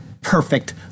perfect